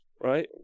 right